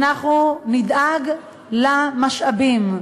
נדאג למשאבים,